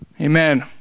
Amen